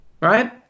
Right